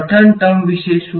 પ્રથમ ટર્મ વિશે શું